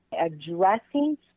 Addressing